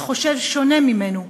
החושב שונה ממנו,